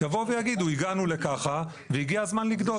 יבואו ויגידו הגענו לככה והגיע הזמן לגדול.